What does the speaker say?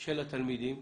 של התלמידים,